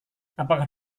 apakah